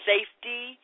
safety